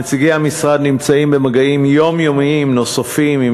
נציגי המשרד נמצאים במגעים יומיומיים נוספים עם